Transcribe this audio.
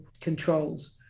controls